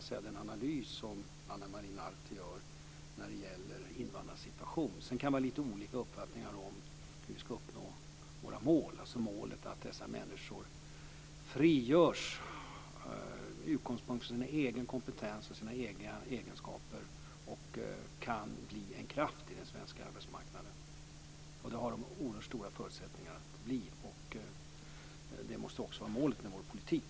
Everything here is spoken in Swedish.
Jag delar den analys som Ana Maria Narti gör när det gäller invandrarnas situation, även om man kan ha lite olika uppfattningar om hur vi ska uppnå målet att frigöra dessa människor med utgångspunkt i deras egen kompetens och deras egna egenskaper, så att de kan bli en kraft på den svenska arbetsmarknaden. Det är något som de har oerhört stora förutsättningar att bli, och detta måste också vara målet för vår politik.